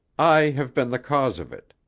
i have been the cause of it.